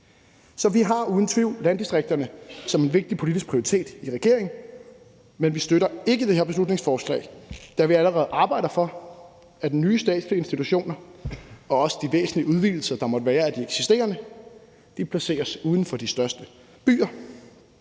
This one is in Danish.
Så vi har uden tvivl landdistrikterne som en vigtig politisk prioritet i regeringen, men vi støtter ikke det her beslutningsforslag, da vi allerede arbejder for, at nye statslige institutioner og også de væsentlige udvidelser, der måtte være af de eksisterende, placeres uden for de største byer,